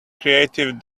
creative